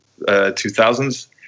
2000s